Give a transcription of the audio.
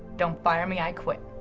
don't fire me, i quit.